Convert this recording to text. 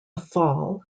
fall